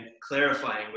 clarifying